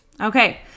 okay